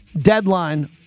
deadline